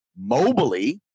mobily